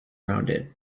rounded